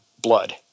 blood